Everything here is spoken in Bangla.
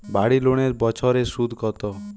বাড়ি লোনের বছরে সুদ কত?